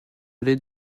allée